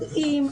--- שלא יודעים,